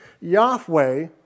Yahweh